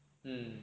mm